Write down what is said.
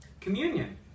Communion